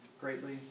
greatly